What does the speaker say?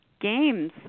Games